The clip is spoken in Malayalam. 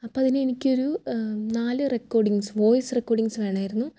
അപ്പം അതിന് എനിക്ക് ഒരു നാല് റെക്കോർഡിങ്ങ്സ് വോയിസ് റെക്കോർഡിങ്ങ്സ് വേണമായിരുന്നു